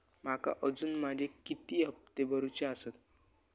माका अजून माझे किती हप्ते भरूचे आसत?